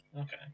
Okay